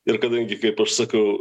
ir kadangi kaip aš sakau